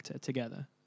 together